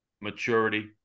Maturity